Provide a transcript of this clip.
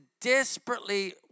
desperately